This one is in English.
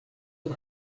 too